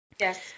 Yes